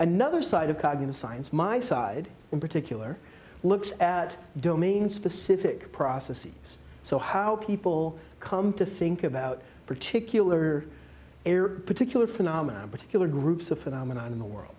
another side of cognitive science my side in particular looks at domain specific processes so how people come to think about particular air particular phenomenon particular groups of phenomenon in the world